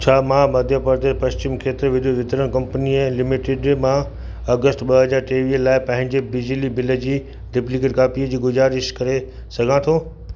छा मां मध्य प्रदेश पश्चिम खेत्र विद्युत वितरण कंपनीअ लिमिटेड मां अगस्त ॿ हज़ार टेवीह लाइ पंहिंजे बिजली बिल जी डुप्लीकेट कापी जी गुज़ारिश करे सघां थो